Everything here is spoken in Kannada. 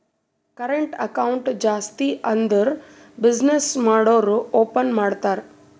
ಕರೆಂಟ್ ಅಕೌಂಟ್ ಜಾಸ್ತಿ ಅಂದುರ್ ಬಿಸಿನ್ನೆಸ್ ಮಾಡೂರು ಓಪನ್ ಮಾಡ್ತಾರ